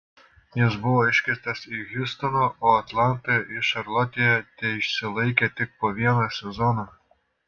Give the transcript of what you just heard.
jis buvo iškeistas iš hjustono o atlantoje ir šarlotėje teišsilaikė tik po vieną sezoną